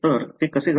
तर ते कसे घडते